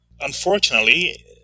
unfortunately